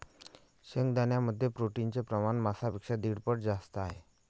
शेंगदाण्यांमध्ये प्रोटीनचे प्रमाण मांसापेक्षा दीड पट जास्त आहे